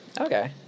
Okay